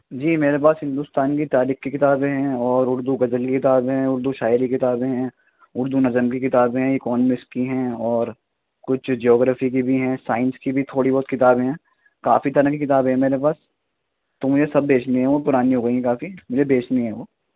جی میرے پاس ہندوستان کی تاریخ کی کتابیں ہیں اور اردو غزل کی کتابیں ہیں اردو شاعری کی کتابیں ہیں اردو نظم کی کتابیں ہیں اکونمکس کی ہیں اور کچھ جوگرفی کی بھی ہیں سائنس کی بھی تھوڑی بہت کتابیں ہیں کافی طرح کی کتابیں ہیں میرے پاس تو مجھے سب بیچنی ہیں وہ پرانی ہو گئی ہیں کافی مجھے بیچنی ہیں وہ